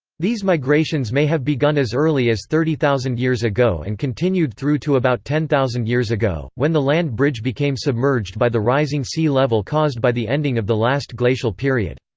these migrations may have begun as early as thirty thousand years ago and continued through to about ten thousand years ago, when the land bridge became submerged by the rising sea level caused by the ending of the last glacial period.